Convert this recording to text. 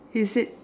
is it